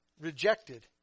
rejected